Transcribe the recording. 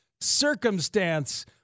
circumstance